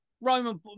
Roman